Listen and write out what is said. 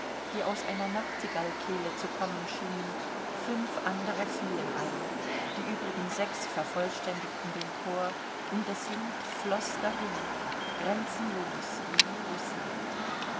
die aus einer nachtigallkehle zu kommen schienen fünf andere fielen ein die übrigen sechs vervollständigten den chor und das lied floß dahin grenzenlos wie rußland